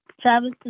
Travis